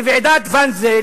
בוועידת ואנזה,